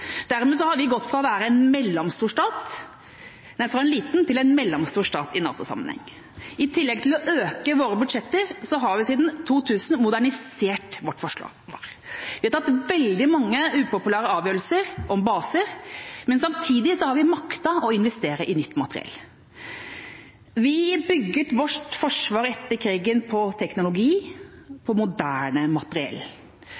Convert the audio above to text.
Dermed har vi gått fra å være en liten til en mellomstor stat i NATO-sammenheng. I tillegg til å øke våre budsjetter har vi siden 2000 modernisert vårt forsvar. Vi har tatt veldig mange upopulære avgjørelser om baser, men samtidig har vi maktet å investere i nytt materiell. Vi bygget vårt forsvar etter krigen på teknologi